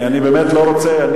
אני באמת לא רוצה.